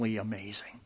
amazing